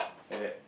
like that